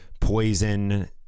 Poison